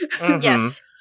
Yes